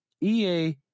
EA